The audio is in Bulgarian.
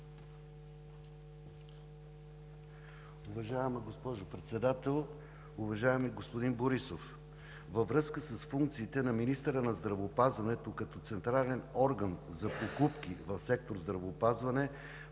Уважаема госпожо Председател, уважаеми господин Борисов! Във връзка с функциите на министъра на здравеопазването като централен орган за покупки в сектор „Здравеопазване“,